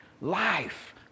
life